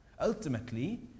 Ultimately